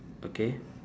okay